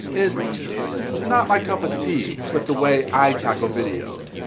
it's not my cup of tea with the way i tackle videos.